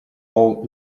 old